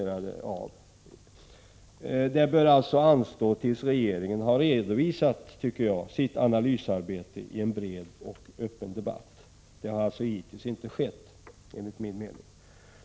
Sådana synpunkter bör enligt min mening anstå tills regeringen har redovisat sitt analysarbete i en bred och öppen debatt, vilket ännu inte har skett.